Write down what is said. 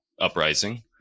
uprising